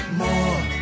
more